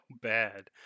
bad